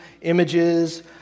images